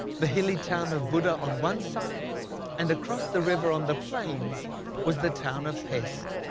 the hilly town of buda on one side and across the river on the plains was the town of pest.